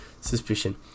Suspicion